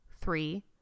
three